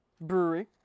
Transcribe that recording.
brewery